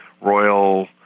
Royal